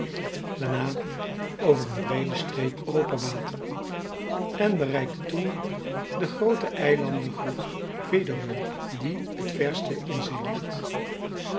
daarna over een breede streep open water en bereikten toen de groote eilandengroep väderöar die t verste in zee ligt